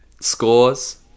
Scores